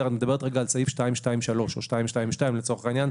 את מדברת על סעיף 223 או 222 לצורך העניין,